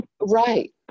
Right